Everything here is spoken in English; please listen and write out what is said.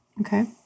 Okay